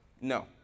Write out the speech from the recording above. No